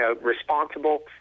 responsible